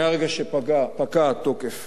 מהרגע שפקע תוקף